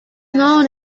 known